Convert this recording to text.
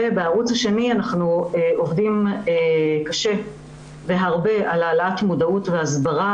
בערוץ השני אנחנו עובדים קשה והרבה על העלאת מודעות והסברה